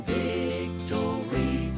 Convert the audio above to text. victory